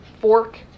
fork